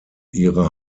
ihre